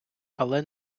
але